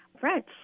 French